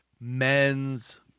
men's